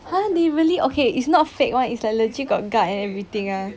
!huh! they really okay it's not fake one is like legit got guard and everything ah